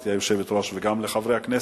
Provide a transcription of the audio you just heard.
לך וגם לחברי הכנסת: